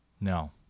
No